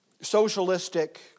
socialistic